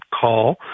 call